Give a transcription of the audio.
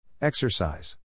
Exercise